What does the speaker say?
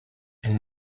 elle